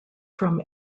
from